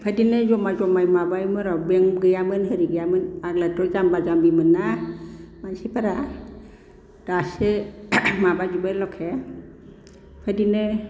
इफायदिनो जमाय जमाय माबायोमनो र' बेंक गैयामोन हेरि गैयामोन आग्लाथ' जाम्बा जाम्बिमोन ना मानसिफोरा दासो माबाजोबबाय लके इफायदिनो